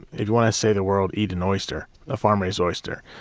you want to save the world, eat an oyster, a farmer's oyster.